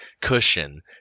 cushion